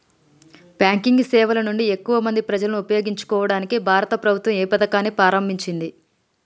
Banking సేవల నుండి ఎక్కువ మంది ప్రజలను ఉపయోగించుకోవడానికి భారత ప్రభుత్వం ఏ పథకాన్ని ప్రారంభించింది?